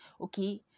Okay